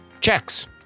checks